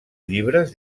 llibres